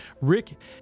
Rick